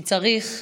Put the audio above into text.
כי צריך רעיון.